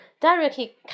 Directly